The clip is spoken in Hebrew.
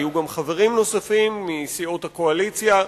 היו גם חברים נוספים מסיעות שונות בקואליציה,